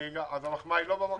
אז המחמאה לא במקום?